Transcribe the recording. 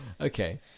okay